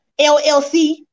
LLC